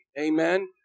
Amen